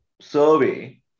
survey